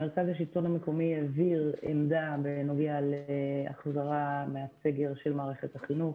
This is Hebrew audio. מרכז השלטון המקומי העביר עמדה בנוגע להחזרה מהסגר של מערכת החינוך.